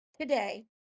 today